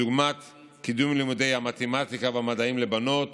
כדוגמת קידום לימודי המתמטיקה והמדעים לבנות